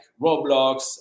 Roblox